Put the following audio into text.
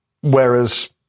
Whereas